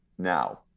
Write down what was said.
now